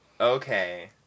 okay